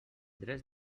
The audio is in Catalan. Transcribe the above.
drets